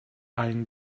eyeing